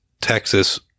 Texas